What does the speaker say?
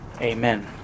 Amen